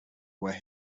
where